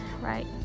right